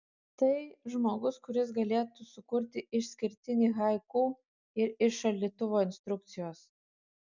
tai žmogus kuris galėtų sukurti išskirtinį haiku ir iš šaldytuvo instrukcijos